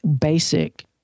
basic